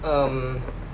um